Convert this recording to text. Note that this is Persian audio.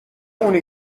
اونی